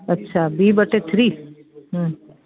अछा ॿी बटे थ्री